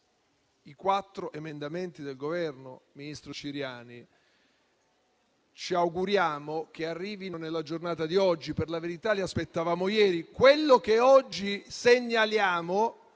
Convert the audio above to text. i quattro emendamenti del Governo. Ministro Ciriani, ci auguriamo che arrivino nella giornata di oggi, anche se per la verità li aspettavamo ieri. Quello che oggi segnaliamo,